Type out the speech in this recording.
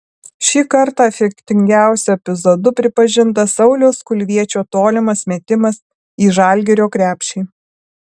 šį kartą efektingiausiu epizodu pripažintas sauliaus kulviečio tolimas metimas į žalgirio krepšį